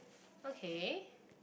okay